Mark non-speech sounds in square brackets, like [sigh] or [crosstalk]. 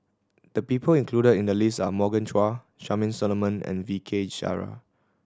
the people included in the list are Morgan Chua Charmaine Solomon and V K [unintelligible]